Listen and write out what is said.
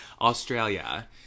Australia